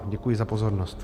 Děkuji za pozornost.